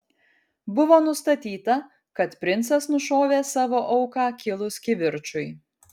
buvo nustatyta kad princas nušovė savo auką kilus kivirčui